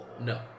No